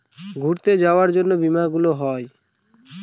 ঘুরতে যাবার জন্য বীমা গুলো হয়